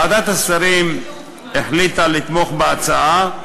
ועדת השרים החליטה לתמוך בהצעה,